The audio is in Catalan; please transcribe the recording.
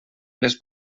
les